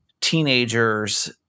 teenagers